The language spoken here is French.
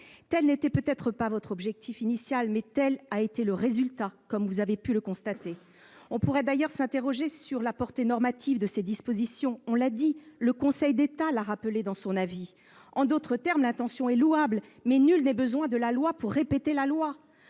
Tel n'était peut-être pas votre objectif initial, mais tel a été le résultat, comme vous avez pu le constater. On pourrait d'ailleurs s'interroger sur la portée normative de ces dispositions, comme l'a fait le Conseil d'État dans son avis- cela a été dit. En d'autres termes, l'intention est louable, mais il n'est nul besoin de la loi pour répéter la loi